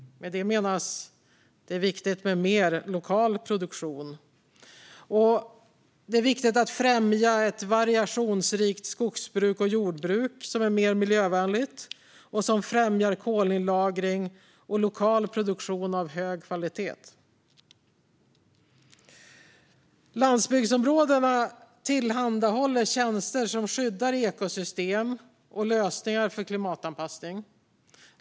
Med detta menas att det är viktigt med mer lokal produktion. Det är också viktigt att främja ett variationsrikt skogsbruk och jordbruk som är mer miljövänligt och som främjar kolinlagring och lokal produktion av hög kvalitet. Landsbygdsområdena tillhandahåller tjänster som skyddar ekosystem och lösningar för klimatanpassning.